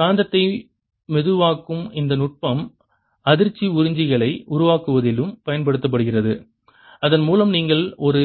காந்தத்தை மெதுவாக்கும் இந்த நுட்பம் அதிர்ச்சி உறிஞ்சிகளை உருவாக்குவதிலும் பயன்படுத்தப்படுகிறது இதன் மூலம் நீங்கள் ஒரு